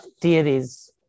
deities